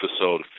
episode